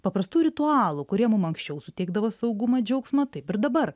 paprastų ritualų kurie mum anksčiau suteikdavo saugumą džiaugsmą taip ir dabar